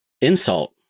insult